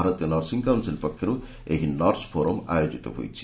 ଭାରତୀୟ nursing council ପକ୍ଷରୁ ଏହି ନର୍ସ ଫୋରମ୍ ଆୟୋଜିତ ହୋଇଛି